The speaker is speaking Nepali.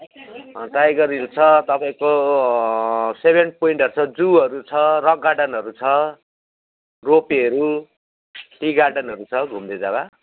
टाइगर हिल छ तपाईँको सेभेन्स पोइन्टहरू छ जुहरू छ रक गार्डनहरू छ रोपवेहरू टी गार्डनहरू छ घुम्ने जग्गा